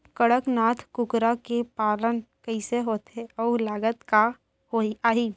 कड़कनाथ कुकरा के पालन कइसे होथे अऊ लागत का आही?